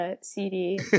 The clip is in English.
CD